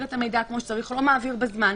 את המידע כמו שצריך או לא מעביר בזמן,